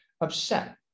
upset